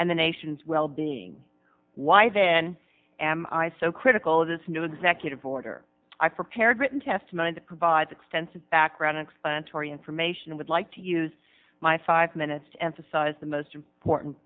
and the nation's well being why then am i so critical of this new executive order i prepared written testimony that provides extensive background explanatory information would like to use my five minutes to emphasize the most important